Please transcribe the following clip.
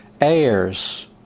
heirs